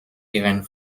ihren